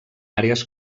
àrees